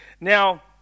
Now